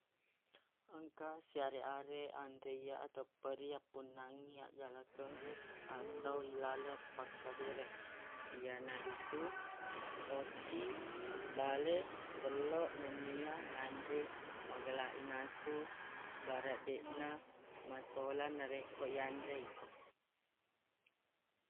Engka seareq-areq anreya atepperi yappunnangngi agalakeng atau ilaleng pakkadereng iyanaritu otti bale telloq nennia nanre magalaq inasu baraq deqna masolang narekko yanre i.